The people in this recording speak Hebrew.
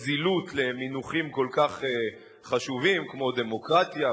זילות למונחים כל כך חשובים כמו דמוקרטיה,